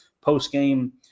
post-game